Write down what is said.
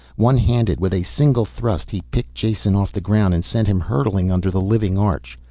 one-handed, with a single thrust, he picked jason off the ground and sent him hurtling under the living arch.